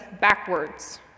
backwards